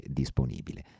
disponibile